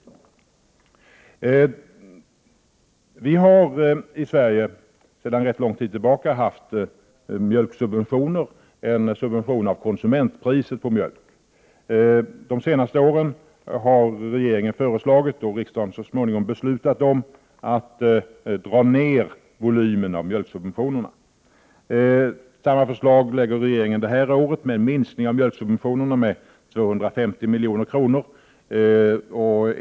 Sedan rätt lång tid tillbaka har vi i Sverige en subventionering av konsumentpriset på mjölk. De senaste åren har regeringen föreslagit och riksdagen så småningom beslutat att minska mjölksubventionerna. Regeringen lägger i år fram samma förslag, som betyder en minskning av mjölksubventionerna med 250 milj.kr.